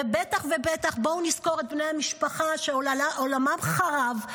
ובטח ובטח בואו נזכור את בני המשפחה שעולמם חרב.